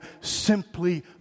simply